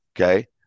Okay